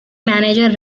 manager